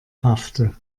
paffte